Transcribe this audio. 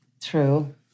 True